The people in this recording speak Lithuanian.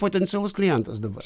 potencialus klientas dabar